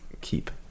keep